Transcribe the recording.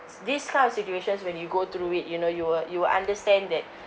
these kind of situations when you go through it you know you will you will understand that